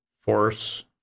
force